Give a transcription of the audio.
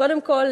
קודם כול,